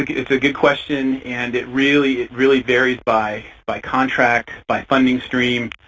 it's a good question, and it really it really varies by by contract, by funding stream.